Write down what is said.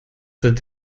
sind